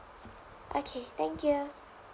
okay thank you